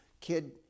Kid